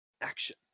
action